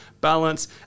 balance